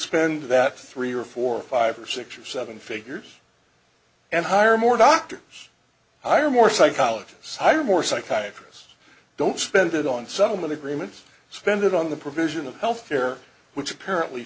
spend that three or four or five or six or seven figures and hire more doctors hire more psychologists hire more psychiatrists don't spend it on someone agreements spend it on the provision of health care which apparently